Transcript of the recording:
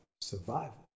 survival